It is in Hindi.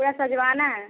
पूरा सजवाना है